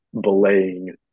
belaying